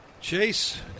Chase